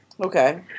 okay